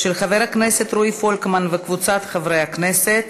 של חבר הכנסת רועי פולקמן וקבוצת חברי הכנסת.